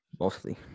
mostly